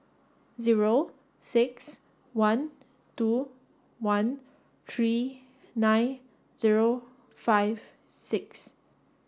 zero six one two one three nine zero five six